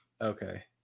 Okay